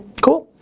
cool.